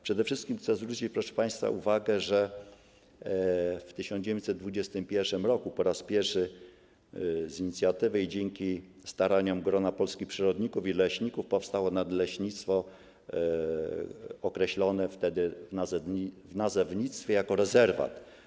Przede wszystkim chcę zwrócić, proszę państwa, uwagę na to, że w 1921 r. po raz pierwszy, z inicjatywy i dzięki staraniom grona polskich przyrodników i leśników, powstało nadleśnictwo określone wtedy w nazewnictwie jako rezerwat.